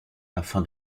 afin